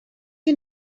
you